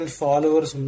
followers